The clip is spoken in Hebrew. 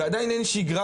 ועדיין אין שגרה,